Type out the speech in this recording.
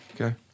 Okay